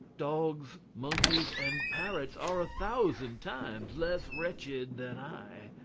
dogs, monkeys, and parrots are a thousand times less wretched than i.